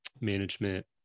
management